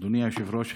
אדוני היושב-ראש,